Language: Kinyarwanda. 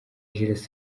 jules